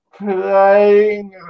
playing